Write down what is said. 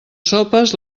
sopes